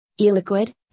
E-liquid